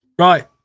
Right